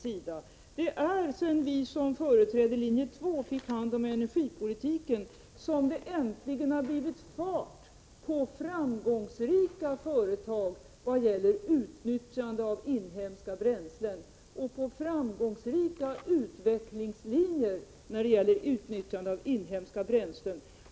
Sedan vi som företrädde linje 2 i energiomröstningen fick hand om energipolitiken har det äntligen blivit fart på framgångsrika företag och framgångsrika utvecklingslinjer när det gäller utnyttjande av inhemska bränslen.